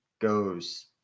goes